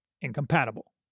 incompatible